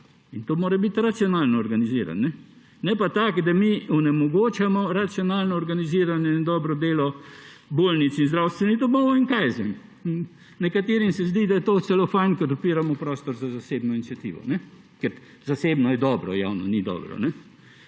In to mora biti racionalno organizirano. Ne pa tako, da mi onemogočamo racionalno organiziranje in dobro delo bolnic in zdravstvenih domov in kaj jaz vem. Nekaterim se zdi, da je to celo fajn, ker odpiramo prostor za zasebno iniciativo, ker zasebno je dobro, javno ni dobro,